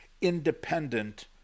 independent